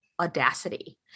audacity